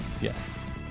yes